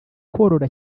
korora